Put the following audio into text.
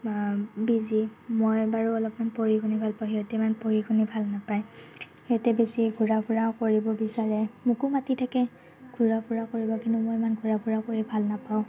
busy মই বাৰু অলপমান পঢ়ি শুনি ভাল পাওঁ সিহঁতে ইমান পঢ়ি শুনি ভাল নাপায় সিহঁতে বেছি ঘূৰা ফুৰা কৰিব বিচাৰে মোকো মাতি থাকে ঘূৰা ফুৰা কৰিব কিন্তু মই ইমান ঘূৰা ফুৰা কৰিব ভাল নাপাওঁ